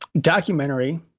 documentary